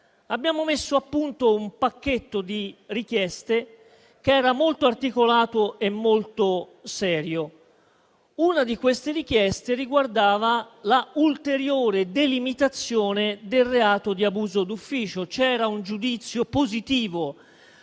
abbiamo messo a punto un pacchetto di richieste che era molto articolato e molto serio. Una di queste richieste riguardava l'ulteriore delimitazione del reato di abuso d'ufficio. C'era un giudizio positivo